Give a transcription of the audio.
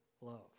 love